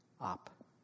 up